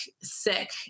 sick